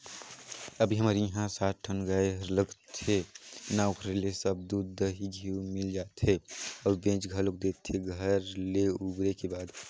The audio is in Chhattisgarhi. अभी हमर इहां सात ठन गाय हर लगथे ना ओखरे ले सब दूद, दही, घींव मिल जाथे अउ बेंच घलोक देथे घर ले उबरे के बाद